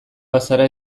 bazara